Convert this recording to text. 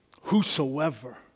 Whosoever